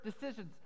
decisions